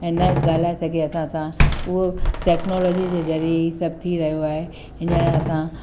ऐं न ॻाल्हाए सघे असां सां उहो टैक्नोलॉजी जे ज़रिए ई सभु थी रहियो आहे हीअंर असां